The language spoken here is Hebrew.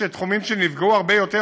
יש תחומים שנפגעו הרבה יותר,